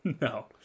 No